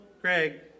Greg